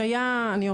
בהשעיה אני אומר,